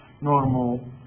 normal